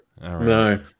no